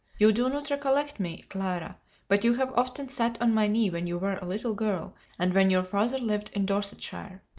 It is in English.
you do not recollect me, clara but you have often sat on my knee when you were a little girl and when your father lived in dorsetshire.